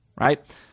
Right